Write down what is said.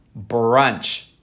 brunch